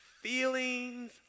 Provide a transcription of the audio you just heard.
feelings